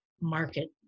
market